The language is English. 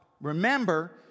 Remember